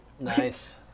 nice